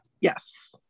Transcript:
Yes